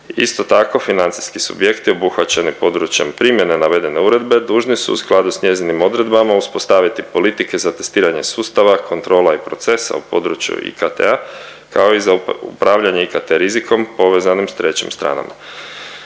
Isto tako, financijski subjekti obuhvaćeni područjem primjene navedene uredbe dužni su u skladu s njezinim odredbama uspostaviti politike za testiranje sustava, kontrola i procesa u području IKT-a kao i za upravljanje IKT rizikom povezanim s trećim stranama.